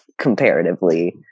comparatively